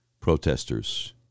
protesters